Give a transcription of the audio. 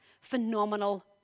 phenomenal